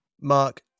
Mark